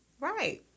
Right